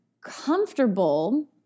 comfortable